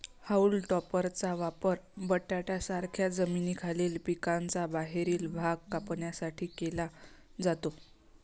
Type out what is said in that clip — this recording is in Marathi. हाऊल टॉपरचा वापर बटाट्यांसारख्या जमिनीखालील पिकांचा बाहेरील भाग कापण्यासाठी केला जातो